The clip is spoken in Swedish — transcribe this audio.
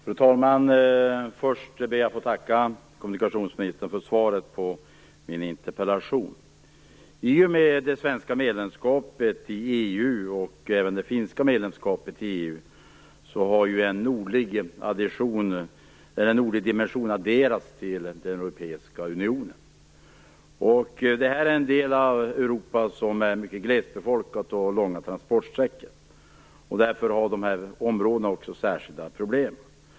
Fru talman! Först ber jag att få tacka kommunikationsministern för svaret på min interpellation. I och med det svenska och även det finska medlemskapet i EU har en nordlig dimension adderats till den europeiska unionen. Det gäller här en del av Europa som är mycket glesbefolkad och som har långa transportsträckor, och därför har dessa områden också särskilda problem.